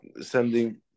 sending